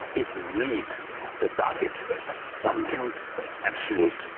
it needs to target something absolute,